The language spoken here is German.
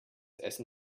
essen